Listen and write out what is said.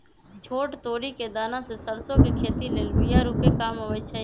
छोट तोरि कें दना से सरसो के खेती लेल बिया रूपे काम अबइ छै